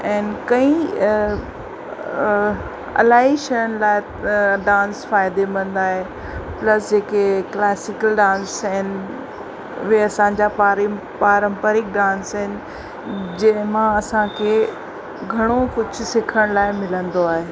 ऐं कई इलाही शयुनि लाइ डांस फ़ाइदेमंद आहे प्लस जेके क्लासिकल डांस आहिनि उहे असांजा परिं पारंपरिक डांस आहिनि जंहिं मां असांखे घणो कुझु सिखण लाइ मिलंदो आहे